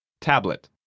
Tablet